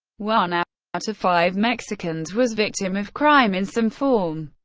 one ah out of five mexicans was victim of crime in some form.